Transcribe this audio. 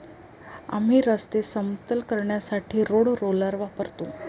आम्ही रस्ते समतल करण्यासाठी रोड रोलर वापरतो